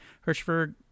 Hirschberg